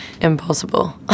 impossible